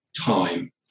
time